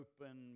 open